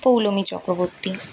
Poulami Chakraborty